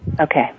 Okay